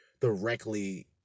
directly